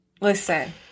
Listen